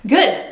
Good